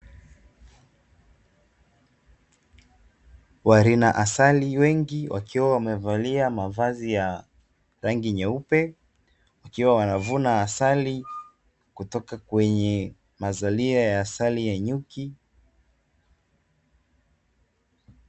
Walina asali wakiwa wamevalia mavazi ya rangi nyeupe, wakiwa wanavuna asali kutoka kwenye mazalia ya asali ya nyuki.